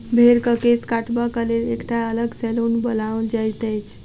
भेंड़क केश काटबाक लेल एकटा अलग सैलून बनाओल जाइत अछि